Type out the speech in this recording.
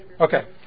Okay